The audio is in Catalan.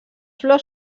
flors